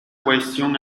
question